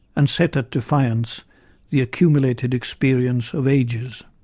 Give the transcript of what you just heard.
and set at defiance the accumulated experience of ages.